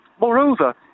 Moreover